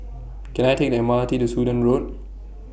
Can I Take The M R T to Sudan Road